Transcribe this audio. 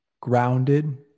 grounded